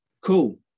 Cool